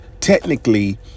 technically